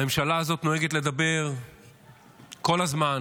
הממשלה הזאת נוהגת לדבר כל הזמן